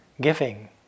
Giving